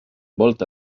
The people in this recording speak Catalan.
volta